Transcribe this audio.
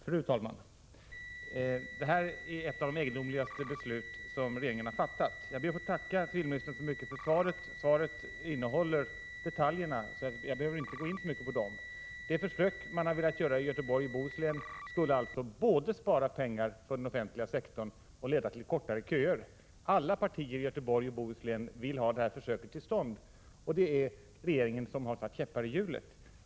Fru talman! Jag ber att få tacka civilministern så mycket för svaret. Svaret redovisar detaljerna, och jag behöver inte gå in på dem. Detta är ett av de egendomligaste beslut regeringen fattat. Det försök man velat göra skulle både spara pengar för den offentliga sektorn och leda till kortare köer. Alla partier i Göteborg och i Bohuslän vill få detta försök till stånd. Det är regeringen som satt käppar i hjulet.